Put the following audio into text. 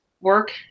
work